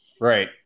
Right